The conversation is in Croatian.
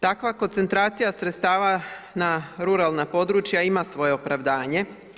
Takva koncentracija sredstava na ruralna područja ima svoje opravdanje.